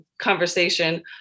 conversation